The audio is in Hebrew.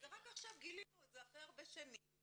ורק עכשיו גילינו את זה אחרי הרבה שנים.